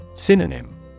Synonym